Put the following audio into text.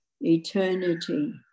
eternity